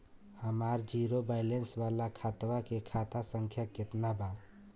हमार zero balance वाला खतवा के खाता संख्या केतना बा?